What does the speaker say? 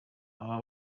aba